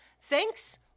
thanks